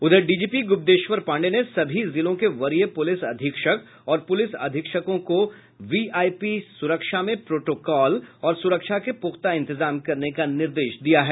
उधर डीजीपी गुप्तेश्वर पांडेय ने सभी जिलों के वरीय पुलिस अधीक्षक और पुलिस अधीक्षकों को वीआईपी स्रक्षा में प्रोटोकॉल और स्रक्षा के पूख्ता इंतजाम करने का निर्देश दिया है